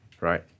right